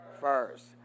First